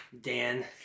Dan